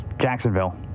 Jacksonville